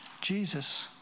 Jesus